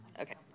Okay